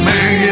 Man